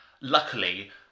Luckily